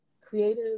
creative